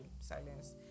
silence